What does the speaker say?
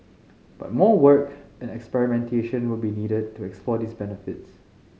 but more work and experimentation would be needed to explore these benefits